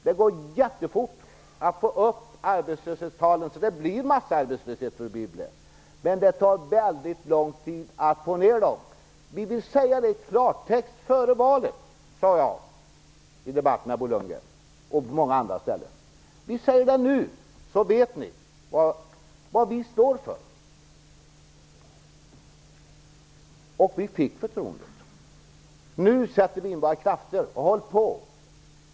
Det går fort att få upp arbetslöshetstalen, så att det blir massarbetslöshet. Men det tar lång tid att få ned dem. Vi ville säga det i klartext före valet, så att väljarna skulle veta vad vi står för. Det sade jag i debatten med Bo Lundgren och på många andra ställen. Vi fick förtroendet. Nu sätter vi in våra krafter.